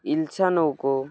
ইলশা নৌকা